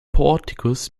portikus